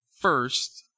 first